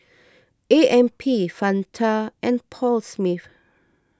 A M P Fanta and Paul Smith